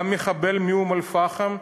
גם המחבל מאום-אלפחם,